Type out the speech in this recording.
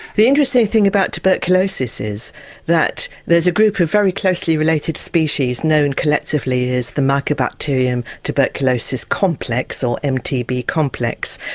the interesting thing about tuberculosis is that there's a group of very closely related species known collectively as the mycobacterium tuberculosis complex or mtb complex.